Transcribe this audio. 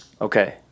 Okay